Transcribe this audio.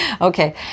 Okay